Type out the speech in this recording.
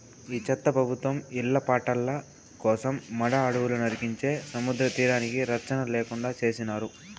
ఈ చెత్త ప్రభుత్వం ఇళ్ల పట్టాల కోసం మడ అడవులు నరికించే సముద్రతీరానికి రచ్చన లేకుండా చేసినారు